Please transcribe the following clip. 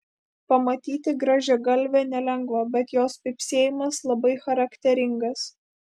pamatyti grąžiagalvę nelengva bet jos pypsėjimas labai charakteringas